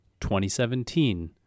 2017